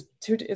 two